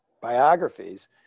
biographies